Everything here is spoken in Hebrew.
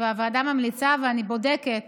והוועדה ממליצה ואני בודקת